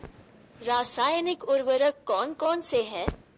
रासायनिक उर्वरक कौन कौनसे हैं?